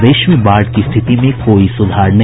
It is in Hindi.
प्रदेश में बाढ़ की स्थिति में कोई सुधार नहीं